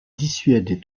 dissuader